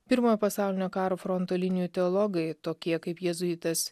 pirmojo pasaulinio karo fronto linijų teologai tokie kaip jėzuitas